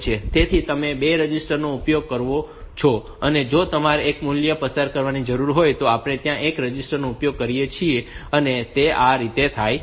તેથી તમે 2 રજિસ્ટર નો ઉપયોગ કરો છો અને જો તમારે એક મૂલ્ય પસાર કરવાની જરૂર હોય તો આપણે ત્યાં એક રજિસ્ટર નો ઉપયોગ કરી શકીએ છીએ અને તે રીતે આ થાય છે